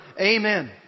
Amen